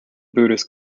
buddhist